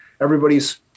Everybody's